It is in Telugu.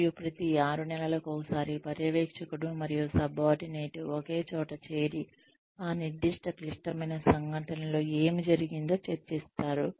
మరియు ప్రతి ఆరునెలలకోసారి పర్యవేక్షకుడు మరియు సబార్డినేట్ ఒకచోట చేరి ఆ నిర్దిష్ట క్లిష్టమైన సంఘటనలో ఏమి జరిగిందో చర్చిస్తారు